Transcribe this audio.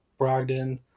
Brogdon